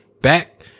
back